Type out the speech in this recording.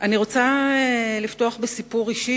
אני רוצה לפתוח בסיפור אישי,